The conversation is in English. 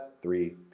three